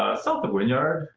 south of winyard,